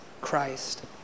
Christ